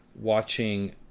watching